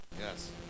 Yes